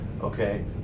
Okay